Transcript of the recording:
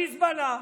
למזבלה.